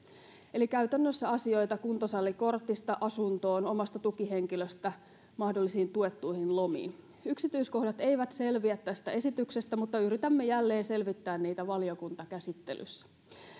eli käytännössä asioita kuntosalikortista asuntoon omasta tukihenkilöstä mahdollisiin tuettuihin lomiin yksityiskohdat eivät selviä tästä esityksestä mutta yritämme jälleen selvittää niitä valiokuntakäsittelyssä